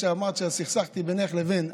אמרת שסכסכתי בינך לבין,